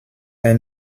est